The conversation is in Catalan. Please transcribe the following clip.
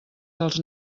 dels